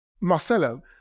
Marcelo